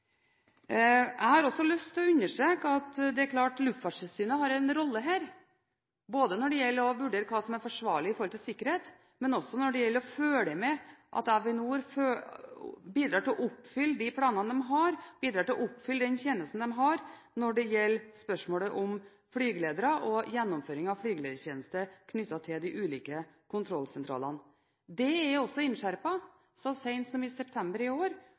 Jeg har også lyst til å understreke at det er klart at Luftfartstilsynet har en rolle her, både når det gjelder å vurdere hva som er forsvarlig i forhold til sikkerhet, og også når det gjelder å følge med at Avinor bidrar til å oppfylle de planene de har, bidrar til å oppfylle den tjenesten de har, i spørsmålet om flygeledere og gjennomføring av flygeledertjeneste knyttet til de ulike kontrollsentralene. Det er også innskjerpet, så sent som i september i år,